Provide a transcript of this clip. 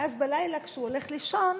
ואז בלילה, כשהוא הולך לישון,